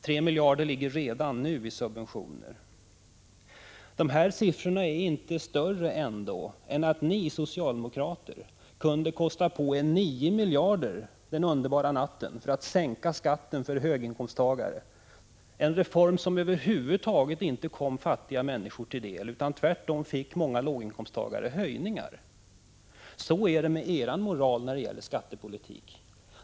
3 miljarder ligger redan nu i subventioner. De här siffrorna är ändå inte större än att ni socialdemokrater kunde kosta på er 9 miljarder den underbara natten för att sänka skatten för höginkomsttagare, en reform som över huvud taget inte kom fattiga människor till del. Tvärtom fick många låginkomsttagare skattehöjningar. Så är det med er moral när det gäller skattepolitik.